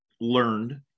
learned